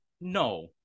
No